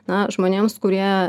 na žmonėms kurie